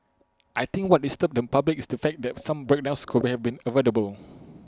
I think what disturbs the public is the fact that some breakdowns could have been avoidable